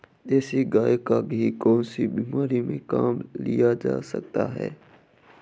देसी गाय का घी कौनसी बीमारी में काम में लिया जाता है?